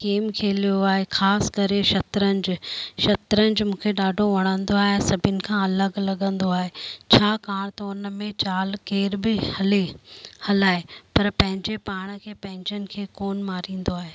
game खेलियो आहे ख़ासि करे शतरंज शतरंज मूंखे ॾाढो वणंदो आहे ऐं सभिनि खां अलॻि लगंदो आहे छाकाणि त उन में चाल केर बि हले हलाए पर पंहिंजे पाण खे पंहिंजनि खे कोन मारींदो आहे